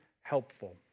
helpful